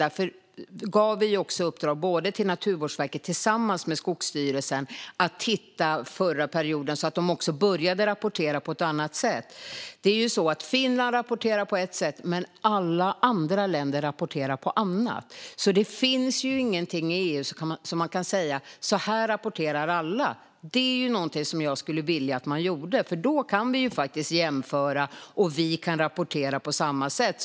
Därför gav vi ett uppdrag till Naturvårdsverket tillsammans med Skogsstyrelsen att titta över förra perioden, så att de började rapportera på annat sätt. Finland rapporterar på ett sätt, men alla andra länder rapporterar på ett annat sätt. Man kan alltså inte säga att alla rapporterar på ett visst sätt inom EU. Det skulle jag vilja att man gör. Då skulle det gå att jämföra, och alla skulle rapportera på samma sätt.